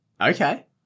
Okay